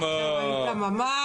-- מנסור